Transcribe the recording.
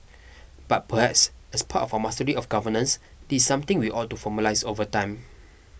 but perhaps as part of our mastery of governance this is something we ought to formalise over time